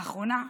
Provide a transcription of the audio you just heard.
לאחרונה,